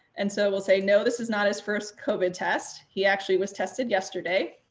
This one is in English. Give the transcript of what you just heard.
and so it will say no this is not as first cobra test. he actually was tested yesterday,